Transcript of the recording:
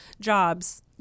jobs